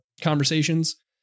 conversations